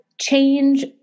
change